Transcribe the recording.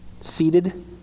seated